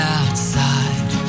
outside